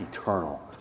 eternal